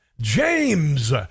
James